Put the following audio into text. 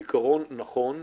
העיקרון נכון.